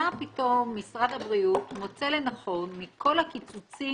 מה פתאום משרד הבריאות מוצא לנכון מכל הקיצוצים